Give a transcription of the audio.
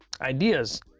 ideas